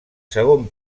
segon